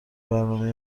برنامه